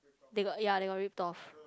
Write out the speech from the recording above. they got ya they got ripped off